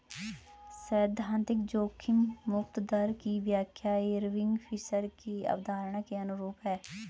सैद्धांतिक जोखिम मुक्त दर की व्याख्या इरविंग फिशर की अवधारणा के अनुरूप है